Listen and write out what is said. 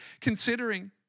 considering